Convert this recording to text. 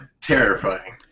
terrifying